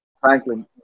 Franklin